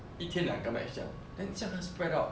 一天两个 match 这样 then 这样他 spread out